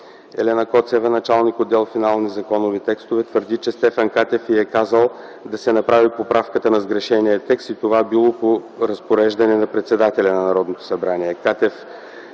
Елена Коцева – началник отдел „Финални законови текстове”, твърди, че Стефан Катев й е казал да се направи поправка на сгрешения текст и това било по разпореждане на председателя на Народното събрание.